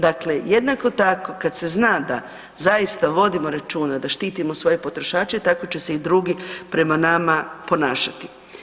Dakle, jednako tako kad se zna da zaista vodimo računa, da štitimo svoje potrošače tako će se i drugi prema nama ponašati.